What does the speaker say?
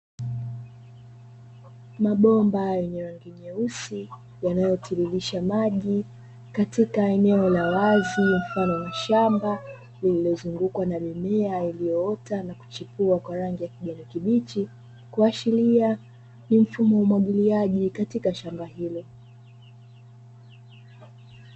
Mabomba yenye rangi nyeusi, yanayotiririsha maji katika eneo la wazi sehemu mfano wa shamba, lililozungukwa na mimea iliyoota na kuchipua kwa rangi ya kijani kibichi. Kuashiria ni mfumo wa umwagiliaji katika shamba hilo.